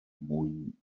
mwyn